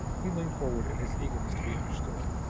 he leaned forward in his eagerness to be understood.